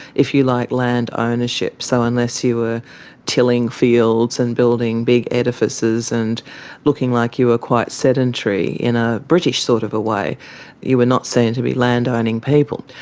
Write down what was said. if you like, land ownership. so unless you were tilling fields and building big edifices and looking like you were ah quite sedentary in a british sort of way, you were not seen to be landowning people.